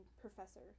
professor